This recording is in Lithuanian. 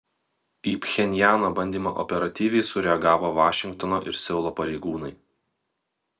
į pchenjano bandymą operatyviai sureagavo vašingtono ir seulo pareigūnai